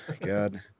God